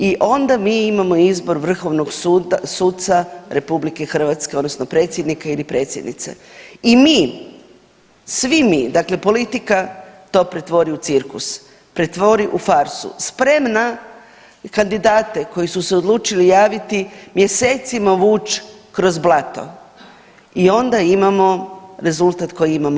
I onda mi imamo izbor vrhovnog suca RH odnosno predsjednika ili predsjednice i mi, svi mi dakle politika to pretvori u cirkus, pretvori u farsu spremna kandidate koji su se odlučili javiti mjesecima vuć kroz blato i onda imamo rezultat koji imamo.